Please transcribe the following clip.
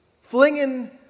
flinging